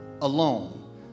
alone